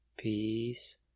Peace